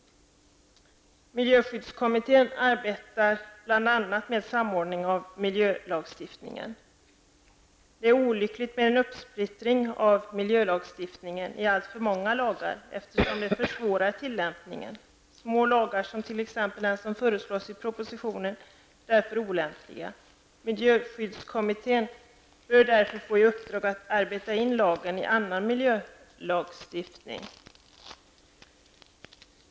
Miljöskyddskommittén arbetar bl.a. med en samordning av miljölagstiftningen. Det är olyckligt med en uppsplittring av miljölagstiftningen i alltför många lagar eftersom det försvårar tillämpningen. Små lagar, som t.ex. den som föreslås i propositionen, är därför olämpliga. Miljöskyddskommittén bör därför få i uppdrag att arbeta in lagen i annan miljölagstiftning.